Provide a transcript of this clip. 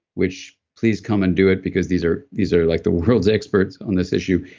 which. please come and do it because these are these are like the world's experts on this issue.